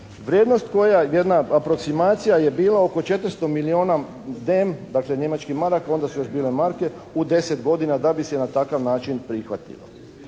Vrijednost koja, jedna aproksimacija koja je bila oko 400 milijuna DEM dakle, njemačkih maraka, onda su još bile marke u 10 godina da bi se na takav način prihvatio,